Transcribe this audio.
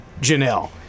Janelle